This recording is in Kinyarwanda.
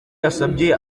yasabye